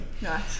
Nice